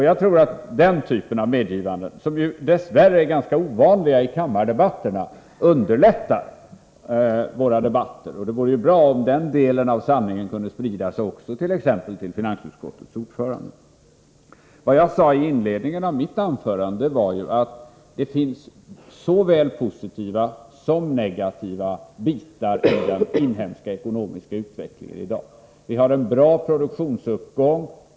Jag tror att den typen av medgivanden — som ju dess värre är ganska ovanliga i kammardebatterna — underlättar våra debatter. Det vore bra om den delen av sanningen kunde sprida sig även till exempelvis finansutskottets ordförande. Vad jag sade i inledningen till mitt anförande var att det finns såväl positiva som negativa inslag i den inhemska ekonomiska utvecklingen i dag. Vi har en bra produktionsuppgång.